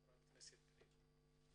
חברת הכנסת פנינה.